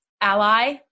Ally